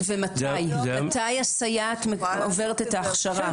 זה מי מתקצב ומתי הסייעת עוברת את ההכשרה,